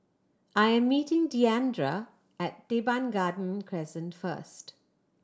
I am meeting Diandra at Teban Garden Crescent first